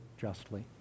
justly